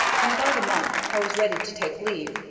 in about a month i was ready to take leave.